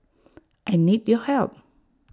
I need your help